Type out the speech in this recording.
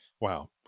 wow